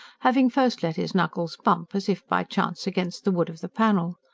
having first let his knuckles bump, as if by chance, against the wood of the panel.